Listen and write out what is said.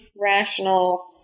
rational